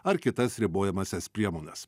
ar kitas ribojamąsias priemones